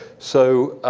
so,